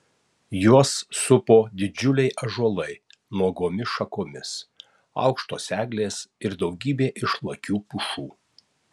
juos supo didžiuliai ąžuolai nuogomis šakomis aukštos eglės ir daugybė išlakių pušų